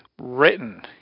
written